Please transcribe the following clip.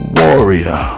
warrior